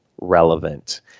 relevant